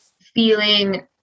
feeling